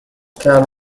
can